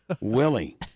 Willie